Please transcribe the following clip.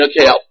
okay